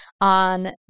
on